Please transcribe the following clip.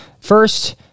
First